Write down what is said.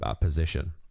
position